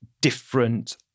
different